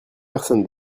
personne